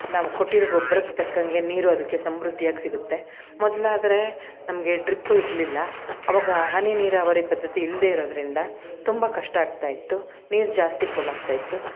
ನಾವು ಕೊಟ್ಟಿರೋ ಗೊಬ್ರಕ್ಕೆ ತಕ್ಕಂಗೆ ನೀರೂ ಅದಕ್ಕೆ ಸಮೃದ್ಧಿಯಾಗಿ ಸಿಗತ್ತೆ ಮೊದಲಾದ್ರೆ ನಮಗೆ ಡ್ರಿಪ್ಪು ಇರಲಿಲ್ಲ ಆವಾಗ ಹನಿ ನೀರಾವರಿ ಪದ್ಧತಿ ಇಲ್ಲದೆ ಇರೋದ್ರಿಂದ ತುಂಬ ಕಷ್ಟ ಆಗ್ತಾಯಿತ್ತು ನೀರು ಜಾಸ್ತಿ ಪೋಲಾಗ್ತಾಯಿತ್ತು